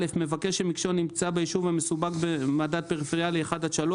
מבקש שמשקו ביישוב המסווג במדד פריפריאלי 1 עד 3,